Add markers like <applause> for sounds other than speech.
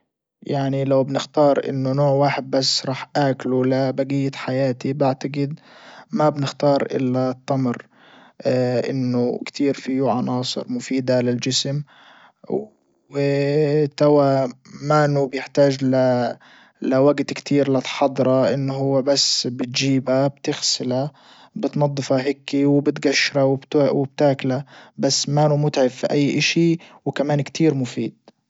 يعني لو بنختار انه نوع واحد بس راح اكله لبجية حياتي بعتجد ما بنختار الا التمر <hesitation> انه كتير فيو عناصر مفيدة للجسم و <hesitation> توا مانه بيحتاج لوجت كتير لتحضرة انه هو بس بتجيبه بتغسله بتنضفه هيكي وبتقشره وبتاكله بس مانه متعب في اي اشي وكمان كتير مفيد.